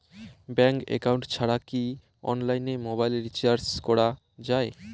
Bank account ছাড়া কি অনলাইনে মোবাইল রিচার্জ করা যায়?